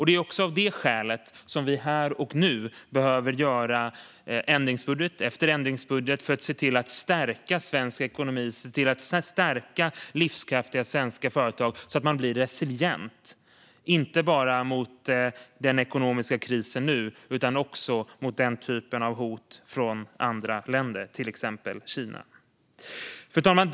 Det är också av det skälet som vi här och nu behöver göra ändringsbudget efter ändringsbudget för att stärka svensk ekonomi och stärka livskraftiga svenska företag så att de blir motståndskraftiga, inte bara mot den ekonomiska krisen nu utan också mot den typen av hot från andra länder såsom Kina. Fru talman!